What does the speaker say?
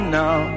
now